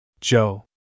Joe